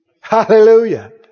Hallelujah